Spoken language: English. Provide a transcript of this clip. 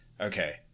okay